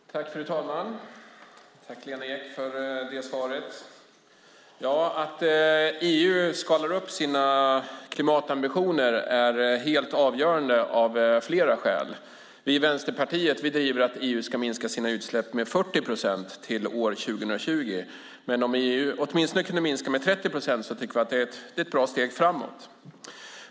Fru talman! Tack, Lena Ek, för svaret! Ja, att EU skalar upp sina klimatambitioner är helt avgörande av flera skäl. Vi i Vänsterpartiet driver att EU ska minska sina utsläpp med 40 procent till år 2020, men om EU åtminstone kunde minska med 30 procent tycker vi att det är ett bra steg framåt.